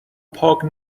پاک